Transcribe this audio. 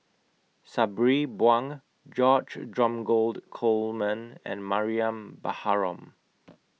Sabri Buang George Dromgold Coleman and Mariam Baharom